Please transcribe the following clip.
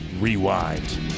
Rewind